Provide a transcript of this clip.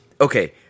Okay